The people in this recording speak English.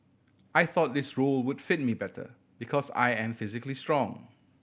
I thought this role would fit me better because I am physically strong